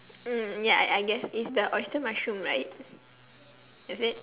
mm ya I I guess it's the oyster mushroom right is it